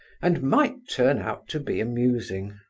and might turn out to be amusing.